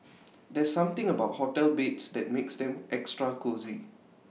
there's something about hotel beds that makes them extra cosy